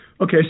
Okay